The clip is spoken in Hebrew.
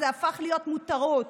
זה הפך להיות מותרות.